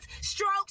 strokes